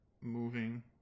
moving